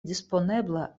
disponebla